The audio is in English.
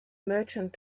merchant